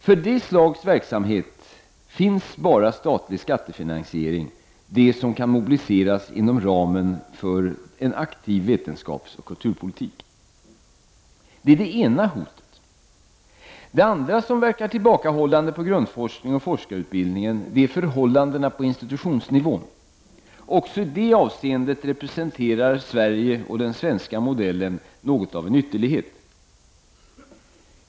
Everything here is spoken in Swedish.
För detta slag av verksamhet finns bara statlig skattefinansiering, dvs. det som kan mobiliseras inom ramen för en aktiv vetenskapsoch kulturpolitik. Den andra omständigheten som verkar tillbakahållande på grundforskning och forskarutbildning är förhållandena på institutionsnivå. Också i det avseendet representerar Sverige och den svenska modellen något av en ytterlighet.